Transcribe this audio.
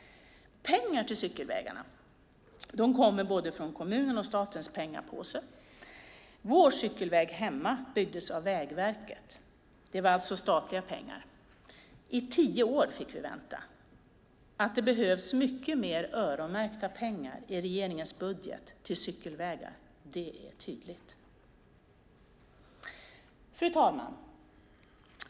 Pengar till cykelvägarna kommer både från kommunens och statens pengapåse. Vår cykelväg hemma byggdes av Vägverket. Det var alltså statliga pengar. I tio år fick vi vänta. Att det behövs mycket mer öronmärkta pengar i regeringens budget till cykelvägar är tydligt. Fru talman!